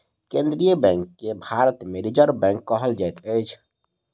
केन्द्रीय बैंक के भारत मे रिजर्व बैंक कहल जाइत अछि